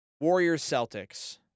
Warriors-Celtics